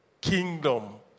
kingdom